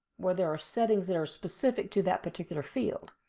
where there are settings that are specific to that particular field.